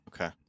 Okay